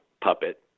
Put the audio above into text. puppet